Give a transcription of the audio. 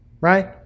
right